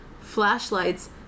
flashlights